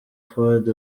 fuad